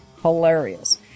Hilarious